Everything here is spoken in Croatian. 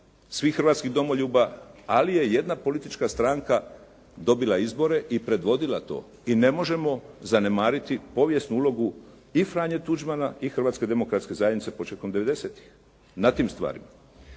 svih hrvatskih domoljublja, ali je jedna politička stranka dobila izbore i predvodila to, i ne možemo zanemariti povijesnu ulogu i Franje Tuđmana i Hrvatske demokratske zajednice početkom '90.-ih na tim stvarima.